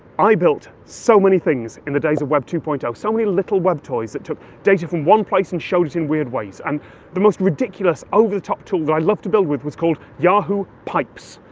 i built so many things in the days of web two point zero. so many little web toys that took data from one place and showed it in weird ways. and the most ridiculous, over-the-top tool that i loved to build with was called yahoo pipes.